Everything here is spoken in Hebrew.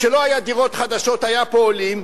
כשלא היו דירות חדשות והיו פה עולים,